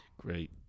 Great